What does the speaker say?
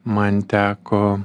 man teko